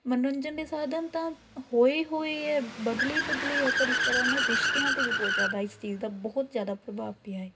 ਮਨੋਰੰਜਨ ਦੇ ਸਾਧਨ ਤਾਂ ਹੋਏ ਹੋਏ ਹੈ ਬਦਲੇ ਹੀ ਬਦਲੇ ਹੈ ਪਰ ਇਸ ਤਰਾਂ ਨਾਲ਼ ਰਿਸ਼ਤਿਆਂ 'ਤੇ ਵੀ ਬਹੁਤ ਜ਼ਿਆਦਾ ਇਸ ਚੀਜ਼ ਦਾ ਬਹੁਤ ਜ਼ਿਆਦਾ ਪ੍ਰਭਾਵ ਪਿਆ ਏ